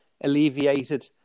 alleviated